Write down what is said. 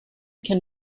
can